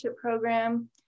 program